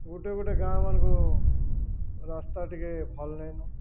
ଗୋଟେ ଗୋଟେ ଗାଁମାନଙ୍କୁ ରାସ୍ତା ଟିକେ ଭଲ୍ ନାଇଁ